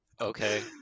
Okay